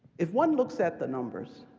if one looks at the numbers,